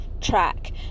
track